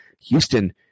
Houston